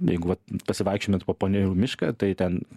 jeigu vat pasivaikščiotumėt po panerių mišką tai ten